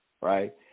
right